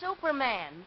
Superman